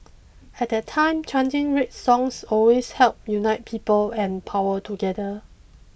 at that time chanting red songs always helped unite people and power together